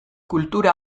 kultura